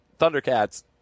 Thundercats